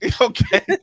Okay